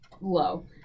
low